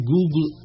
Google